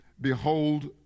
behold